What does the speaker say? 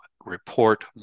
report